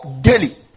daily